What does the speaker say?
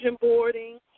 boarding